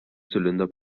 zylinder